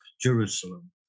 Jerusalem